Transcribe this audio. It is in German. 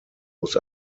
muss